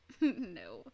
no